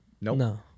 No